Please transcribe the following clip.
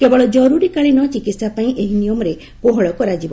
କେବଳ ଜରୁରୀ କାଳିନ ଚିକିତ୍ସା ପାଇଁ ଏହି ନିୟମରେ କୋହଳ କରାଯିବ